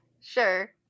sure